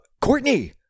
courtney